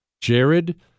Jared